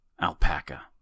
Alpaca